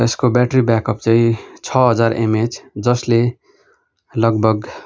यसको battery backup चाहिँ छ हजार एमएच जसले लगभग